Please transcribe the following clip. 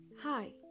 Hi